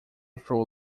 through